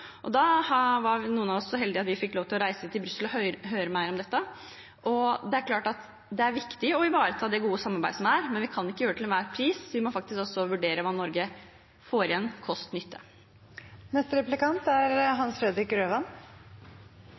var så heldige at vi fikk lov til å reise til Brussel for å høre mer om dette. Det er klart at det er viktig å ivareta det gode samarbeidet som er, men vi kan ikke gjøre det for enhver pris. Vi må faktisk også vurdere hva Norge får igjen,